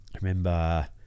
remember